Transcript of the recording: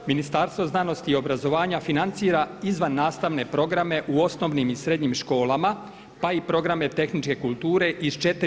Ministarstvo znanosti, obrazovanja financira izvan nastavne programe u osnovnim i srednjim školama pa i programe tehničke kulture iz četiri.